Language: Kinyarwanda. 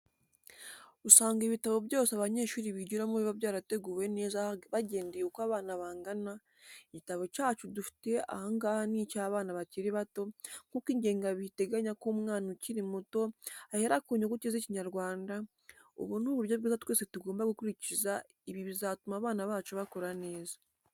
Usanga ibitabo byose abanyeshuri bigiramo biba byarateguwe neza bagendeye uko abana bangana, igitabo cyacu dufite aha ngaha ni icy'abana bakiri bato nk'uko ingengabihe iteganya ko umwana ukiri muto ahera ku nyuguti z'Ikinyarwanda, ubu ni uburyo bwiza twese tugomba gukurikiza ibi bizatuma abana bacu bakura neza.